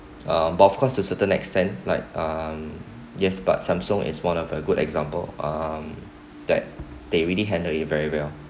uh but of course to certain extent like um yes but Samsung is one of a good example um that they really handled it very well